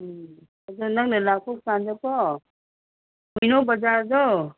ꯎꯝ ꯑꯗꯣ ꯅꯪꯅ ꯂꯥꯛꯄ ꯀꯥꯟꯗꯀꯣ ꯌꯦꯜꯂꯣ ꯕꯖꯥꯔꯗꯣ